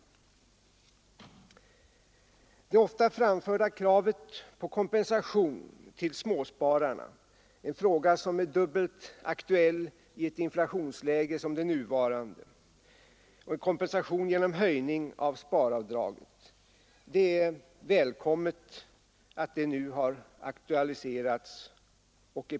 Det är välkommet att det ofta framförda kravet på kompensation till småspararna — en fråga som är dubbelt aktuell i ett inflationsläge som det nuvarande — genom höjning av sparavdraget nu är på väg att realiseras.